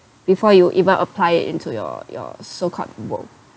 before you even apply it into your your so-called world